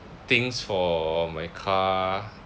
things for my car